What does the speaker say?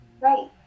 Right